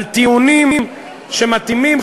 על טיעונים שמתאימים,